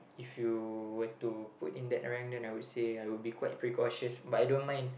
If you were to put in that rang then I would say I would be quite precautious but I don't mind